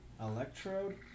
electrode